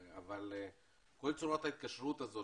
אבל כל צורת ההתקשרות הזאת